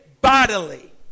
bodily